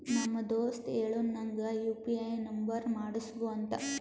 ನಮ್ ದೋಸ್ತ ಹೇಳುನು ನಂಗ್ ಯು ಪಿ ಐ ನುಂಬರ್ ಮಾಡುಸ್ಗೊ ಅಂತ